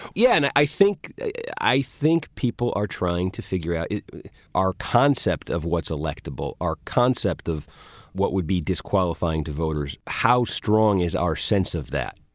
yeah and i i think i think people are trying to figure out our concept of what's electable. our concept of what would be disqualifying to voters. how strong is our sense of that?